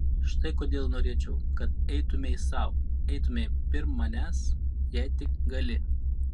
štai kodėl norėčiau kad eitumei sau eitumei pirm manęs jei tik gali